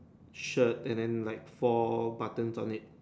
shirt and then like four buttons on it